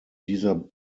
dieser